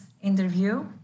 interview